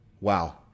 wow